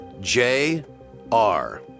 J-R